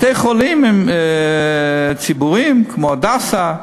בתי-חולים ציבוריים כמו "הדסה",